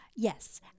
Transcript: Yes